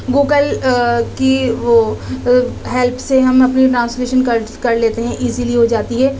Google کی وہ help سے ہم اپنی ٹرانسلیشن کر لیتے ہیں ایزیلی ہو جاتی ہے